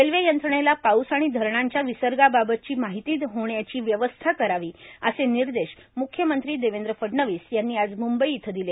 railway यंत्रणेला पाऊस आणि धरणांच्या विसर्गाबाबतची माहिती देण्याची व्यवस्था करावी असे निर्देश म्ख्यमंत्री देवेंद्र फडणवीस यांनी आज म्ंबई इथं दिले